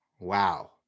Wow